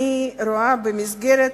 אני רואה אותו במסגרת